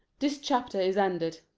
this chapter is ended.